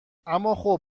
اماخب